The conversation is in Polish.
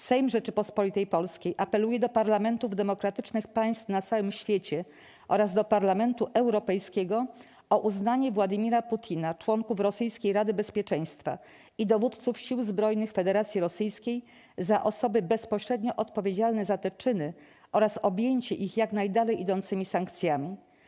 Sejm Rzeczypospolitej Polskiej apeluje do parlamentów demokratycznych państw na całym świecie oraz do Parlamentu Europejskiego o uznanie Władimira Putina, członków rosyjskiej Rady Bezpieczeństwa i dowódców sił zbrojnych Federacji Rosyjskiej za osoby bezpośrednio odpowiedzialne za te czyny oraz objęcie ich jak najdalej idącymi sankcjami.